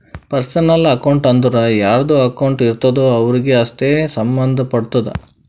personal account ಅಂದುರ್ ಯಾರ್ದು account ಇರ್ತುದ್ ಅವ್ರಿಗೆ ಅಷ್ಟೇ ಸಂಭಂದ್ ಪಡ್ತುದ